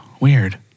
weird